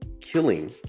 killing